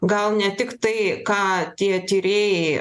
gal ne tik tai ką tie tyrėjai